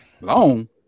long